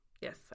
Yes